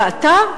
ואתה?